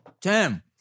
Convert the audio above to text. Tim